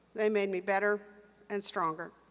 they made me better and stronger.